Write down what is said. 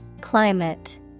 Climate